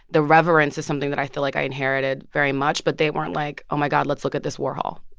the reverence is something that i feel like i inherited very much. but they weren't, like, oh, my god, let's look at this warhol.